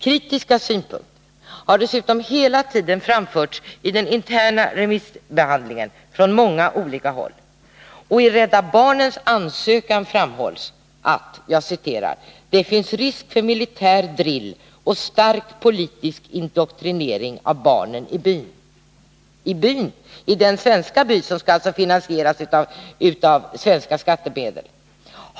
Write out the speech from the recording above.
Kritiska synpunkter har dessutom hela tiden framförts från många olika håll under den interna remissbehandlingen. Och i Rädda barnens ansökan framhålls att det ”finns risk för militär drill och stark politisk indoktrinering av barnen i byn”. Det gäller alltså den by som skall finansieras av svenska skattemedel.